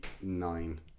nine